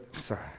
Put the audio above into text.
sorry